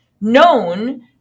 known